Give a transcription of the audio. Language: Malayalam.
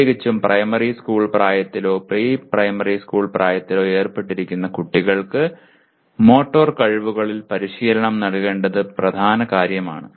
പ്രത്യേകിച്ചും പ്രൈമറി സ്കൂൾ പ്രായത്തിലോ പ്രീ സ്കൂൾ പ്രായത്തിലോ ഏർപ്പെട്ടിരിക്കുന്ന കുട്ടികൾക്ക് മോട്ടോർ കഴിവുകളിൽ പരിശീലനം നൽകേണ്ടതു പ്രധാന കാര്യം ആണ്